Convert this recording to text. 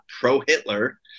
pro-Hitler